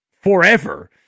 forever